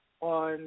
on